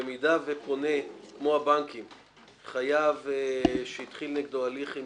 שבמידה ופונה חייב שהתחיל נגדו הליך עם